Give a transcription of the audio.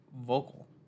vocal